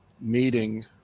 meeting